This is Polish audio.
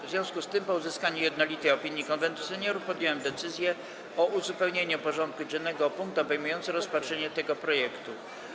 W związku z tym, po uzyskaniu jednolitej opinii Konwentu Seniorów, podjąłem decyzję o uzupełnieniu porządku dziennego o punkt obejmujący rozpatrzenie tego projektu.